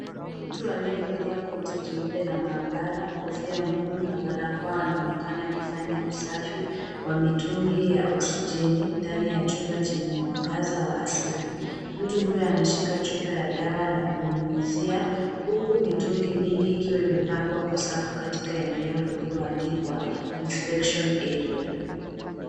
Mtu aliyevalia koti jeupe la maabara, kofia ngumu na barakoa anaonekana akifanya usafi wa mitungi ya oksijeni ndani ya chumba chenye mwangaza wa asili. Mtu huyo anashika chupa ya dawa na kunyunyizia huku mitungi mingi ikiwa imepangwa kwa safu katika eneo lililoandikwa inspection area.